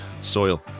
soil